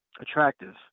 attractive